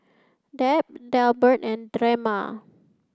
Deb Delbert and Drema